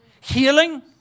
healing